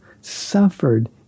suffered